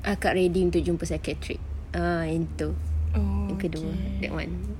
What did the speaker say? akak ready untuk jumpa psychiatric err yang itu yang kedua that [one]